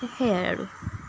সেইয়াই আৰু